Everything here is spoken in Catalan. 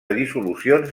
dissolucions